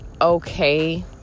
okay